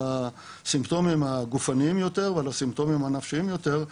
הסימפטומים הגופניים יותר ועל הסימפטומים הנפשיים יותר,